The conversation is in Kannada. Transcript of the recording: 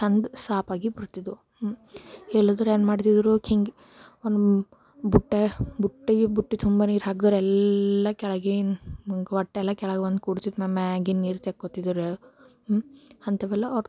ಅಂದ ಸಾಪ್ ಆಗಿ ಬರ್ತಿದ್ವು ಇಲ್ಲಾದ್ರೆ ಏನು ಮಾಡ್ತಿದ್ದರು ಹಿಂಗೆ ಒಂದು ಬುಟ್ಟಿ ಬುಟ್ಟಿ ಬುಟ್ಟಿ ತುಂಬ ನೀರು ಹಾಗ್ದೊರೆಲ್ಲ ಕೆಳಗಿಂದು ಒಟ್ಟೆ ಎಲ್ಲ ಕೆಳಗೆ ಬಂದು ಕೂರ್ತಿತ್ತು ನಮ್ಮ ಮ್ಯಾಗಿನ ನೀರು ತೆಕ್ಕೊತ್ತಿದ್ದರು ಅಂಥವೆಲ್ಲ ಅವ್ರು